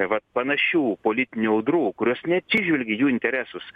vat panašių politinių audrų kurios neatsižvelgė į jų interesus